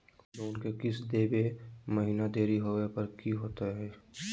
Loan के किस्त देवे महिना देरी होवे पर की होतही हे?